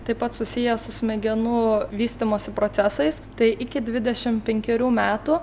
taip pat susiję su smegenų vystymosi procesais tai iki dvidešim penkerių metų